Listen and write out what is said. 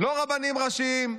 לא רבנים ראשיים,